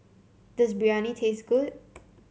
does Biryani taste good